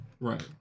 right